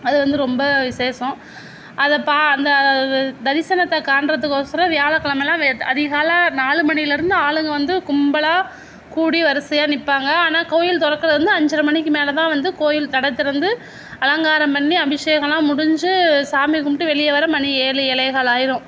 அது வந்து ரொம்ப விசேஷம் அதை பா அந்த இது தரிசனத்தை காண்றதுக்கோசரம் வியாழக்கெலமெ எல்லாம் வெத் அதிகாலை நாலு மணியிலிருந்து ஆளுங்க வந்து கும்பலாக கூடி வரிசையாக நிற்பாங்க ஆனால் கோயில் திறக்கறது வந்து அஞ்சரை மணிக்கு மேல் தான் வந்து கோயில் நடை திறந்து அலங்காரம் பண்ணி அபிஷேகம்லாம் முடிஞ்சு சாமி கும்பிட்டு வெளிய வர மணி ஏழு ஏழேகால் ஆயிடும்